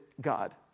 God